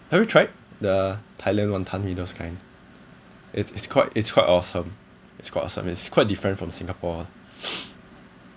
have you tried the thailand wanton-mee those kind it's it's quite it's quite awesome it's quite awesome it's quite different from singapore [one]